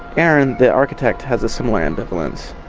aaron, the architect has a similar ambivalence.